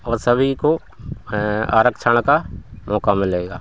और सभी को आरक्षण का मौका मिलेगा